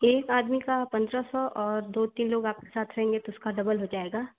एक आदमी का पंद्रह सौ और दो तीन लोग आपके साथ रहेंगे तो उसका डबल हो जाएगा